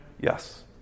Yes